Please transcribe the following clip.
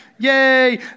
Yay